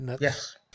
Yes